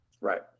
Right